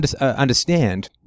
understand